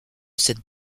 cette